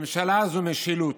ממשלה זו משילות.